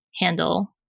handle